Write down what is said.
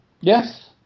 Yes